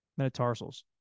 Metatarsals